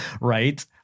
Right